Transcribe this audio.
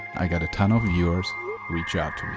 i got a ton of viewers reach out to me.